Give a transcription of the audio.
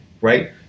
right